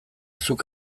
zuk